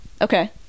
Okay